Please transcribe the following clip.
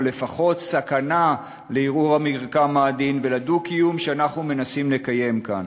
או לפחות סכנה למרקם העדין ולדו-קיום שאנחנו מנסים לקיים כאן.